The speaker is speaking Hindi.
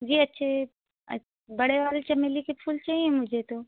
जी अच्छे बड़े वाले चमेली के फूल चाहिए मुझे तो